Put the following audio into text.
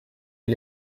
est